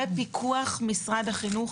בפיקוח משרד החינוך.